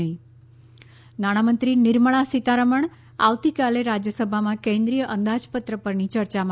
નહીં નાણામંત્રી નિર્મળા સીતારમણ આવતીકાલે રાજ્યસભામાં કેન્દ્રીય અંદાજપત્ર પરની ચર્ચામાં